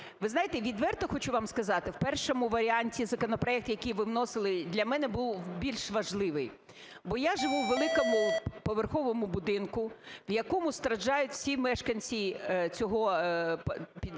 Ви знаєте, відверто хочу вам сказати, в першому варіанті законопроект, який ви вносили, для мене був більш важливий, бо я живу у великому поверховому будинку, в якому страждають всі мешканці цього дому,